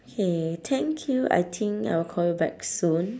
K thank you I think I will call you back soon